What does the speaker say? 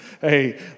Hey